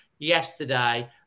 yesterday